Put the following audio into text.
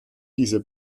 diese